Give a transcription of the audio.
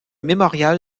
mémorial